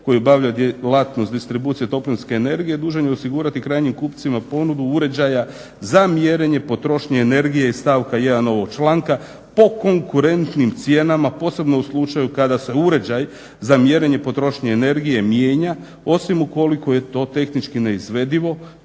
koji obavlja djelatnost distribucije toplinske energije dužan je osigurati krajnjim kupcima ponudu uređaja za mjerenje potrošnje energije iz stavka 1. ovog članka po konkurentnim cijenama posebno u slučaju kada se uređaj za mjerenje potrošnje energije mijenja, osim ukoliko je to tehnički neizvedivo,